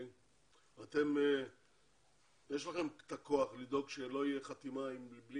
יש לכם את הכוח לדאוג שלא תהיה חתימה בלי